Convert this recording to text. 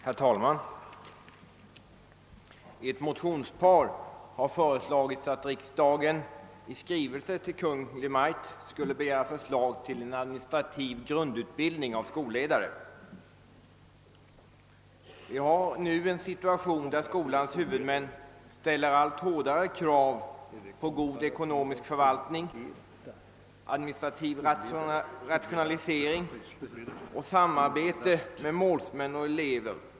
Herr talman! I ett motionspar har föreslagits att riksdagen i skrivelse till Kungl. Maj:t skulle begära förslag till en administrativ grundutbildning för skolledare. Vi har nu en situation, där skolans huvudmän ställer allt hårdare krav på god ekonomisk förvaltning, administrativ rationalisering och samarbete med målsmän och elever.